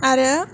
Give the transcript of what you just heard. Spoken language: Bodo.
आरो